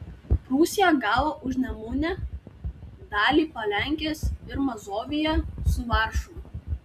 prūsija gavo užnemunę dalį palenkės ir mazoviją su varšuva